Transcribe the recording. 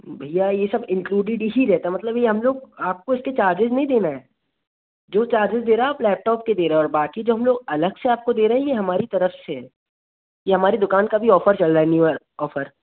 भैया यह सब इंक्लूडेड ही रहता मतलब यह हम लोग आपको इसके चार्जेज़ नहीं देना है जो चार्जेस दे रहे हो आप लैपटॉप के दे रहे और बाक़ी जो हम ओग अलग से दे रहे यह हमारी तरफ़ से है यह हमारी दुकान का अभी ऑफ़र चल रहा है न्यू यर ऑफ़र